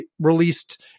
released